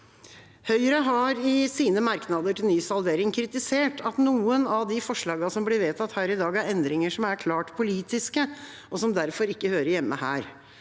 Høyre har i sine merknader til nysalderingen kritisert at noen av de forslagene som blir vedtatt her i dag, er endringer som er klart politiske, og som derfor ikke hører hjemme her.